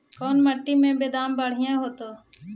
कोन मट्टी में बेदाम बढ़िया होतै?